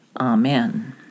Amen